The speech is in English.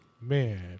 Man